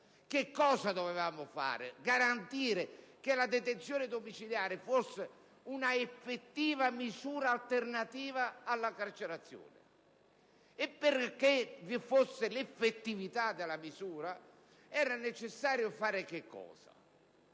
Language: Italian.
Che cosa dovevamo fare? Dovevamo garantire che la detenzione domiciliare fosse una effettiva misura alternativa alla carcerazione. Perché vi fosse l'effettività della misura, era necessario innalzare la